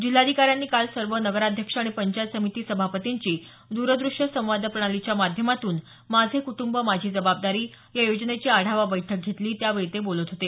जिल्हाधिकाऱ्यांनी काल सर्व नगराध्यक्ष आणि पंचायत समिती सभापतींची द्रदृष्यसंवाद प्रणालीच्या माध्यमातून माझे कुटुंब माझी जबाबदारी या योजनेची आढावा बैठक घेतली त्यावेळी ते बोलत होते